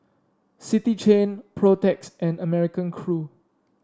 City Chain Protex and American Crew